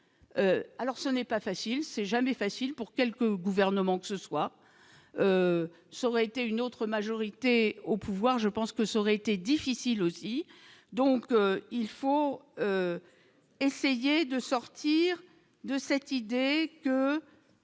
alors ce n'est pas facile, c'est jamais facile pour quelque gouvernement que ce soit s'aurait été une autre majorité au pouvoir, je pense que ça aurait été difficile aussi, donc il faut. Essayer de sortir de cette idée.